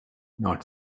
not